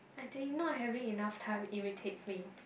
I think not having enough time irritates me